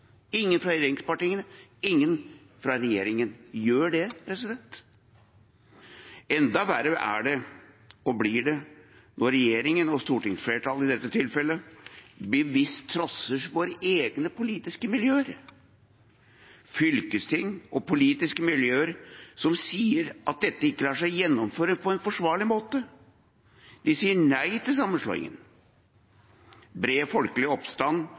ingen fra regjeringspartiene, ingen fra regjeringen. Enda verre er det og blir det når regjeringen og stortingsflertallet i dette tilfellet bevisst trosses av egne politiske miljøer – fylkesting og politiske miljøer som sier at dette ikke lar seg gjennomføre på en forsvarlig måte. De sier nei til sammenslåingen. Bred folkelig oppstand